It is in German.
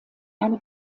eine